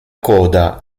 coda